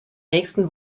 nächsten